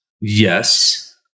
Yes